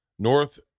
North